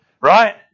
right